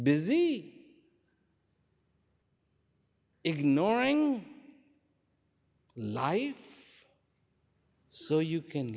busy ignoring life so you can